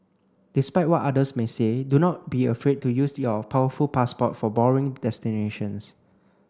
despite what others may say do not be afraid to use your powerful passport for boring destinations